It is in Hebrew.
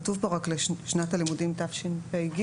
כתוב פה רק לשנת הלימודים תשפ"ג,